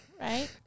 Right